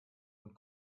und